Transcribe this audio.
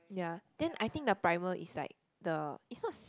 ya then I think the primer is like the is not